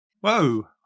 Whoa